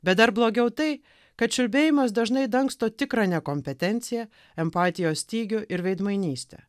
bet dar blogiau tai kad čiulbėjimas dažnai dangsto tikrą nekompetenciją empatijos stygių ir veidmainystę